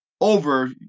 over